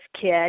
kid